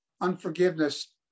unforgiveness